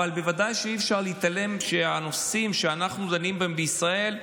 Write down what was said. אבל בוודאי שאי-אפשר להתעלם מכך שהנושאים שאנחנו דנים בהם בישראל,